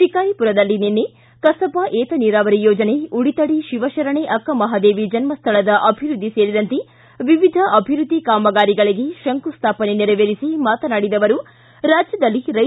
ಶಿಕಾರಿಪುರದಲ್ಲಿ ನಿನ್ನೆ ಕಸಬಾ ವಿತ ನೀರಾವರಿ ಯೋಜನೆ ಉಡಿತಡಿ ಶಿವಶರಣೆ ಅಕ್ಕಮಹಾದೇವಿ ಜನಸ್ವಳದ ಅಭಿವ್ಯದ್ದಿ ಸೇರಿದಂತೆ ವಿವಿಧ ಅಭಿವ್ಯದ್ದಿ ಕಾಮಗಾರಿಗಳಿಗೆ ಶಂಕು ಸ್ವಾಪನೆ ನೆರವೇರಿಸಿ ಮಾತನಾಡಿದ ಅವರು ರಾಜ್ಯದಲ್ಲಿ ರೆ